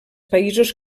països